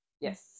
Yes